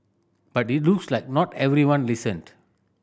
but it looks like not everyone listened